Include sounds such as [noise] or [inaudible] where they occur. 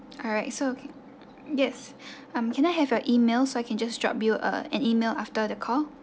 alright so okay yes [breath] um can I have your email so I can just drop you a an email after the call